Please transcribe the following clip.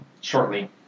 shortly